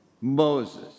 Moses